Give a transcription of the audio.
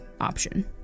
option